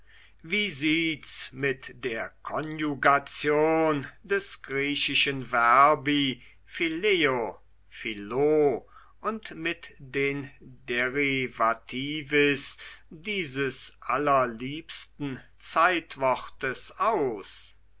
wie sieht's mit der konjugation des griechischen verbi philo philoh und mit den derivativis dieses allerliebsten zeitwortes aus